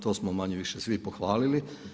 To smo manje-više svi pohvalili.